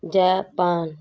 Japan